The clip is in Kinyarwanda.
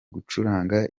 gucuranga